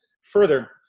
further